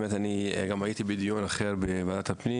הייתי בדיון אחר בוועדת הפנים,